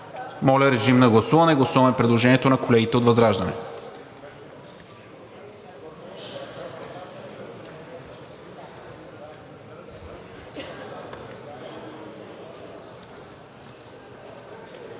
Моля, режим на гласуване – гласуваме предложението на колегите от ВЪЗРАЖДАНЕ.